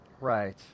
Right